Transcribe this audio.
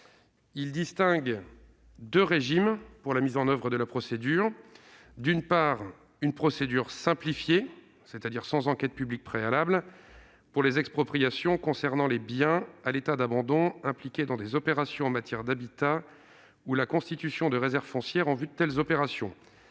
Elle distingue deux régimes pour la mise en oeuvre de la procédure : d'une part, une procédure simplifiée, sans enquête publique préalable, pour les expropriations concernant les biens à l'état d'abandon impliqués dans des opérations en matière d'habitat ou la constitution de réserves foncières en vue de telles opérations